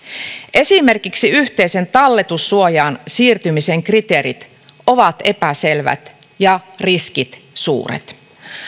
esimerkiksi yhteiseen talletussuojaan siirtymisen kriteerit ovat epäselvät ja riskit suuret